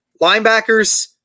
Linebackers